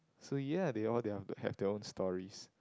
so ya they all they all have their own stories